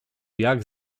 jak